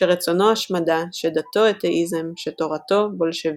שרצונו השמדה, שדתו אתאיזם, שתורתו בולשביזם".